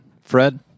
Fred